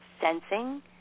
Sensing